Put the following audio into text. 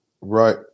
Right